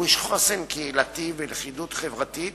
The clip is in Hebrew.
וגיבוש חוסן קהילתי ולכידות חברתית